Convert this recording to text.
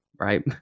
right